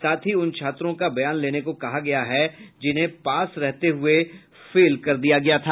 साथ ही उन छात्रों का बयान लेने को कहा गया है जिन्हें पास रहते हुये फेल कर दिया गया था